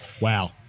Wow